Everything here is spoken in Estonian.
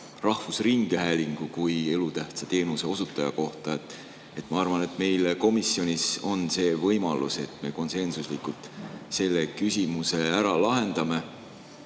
rahvusringhäälingu kui elutähtsa teenuseosutaja kohta. Ma arvan, et meil komisjonis on see võimalus, et me konsensuslikult selle küsimuse ära lahendame.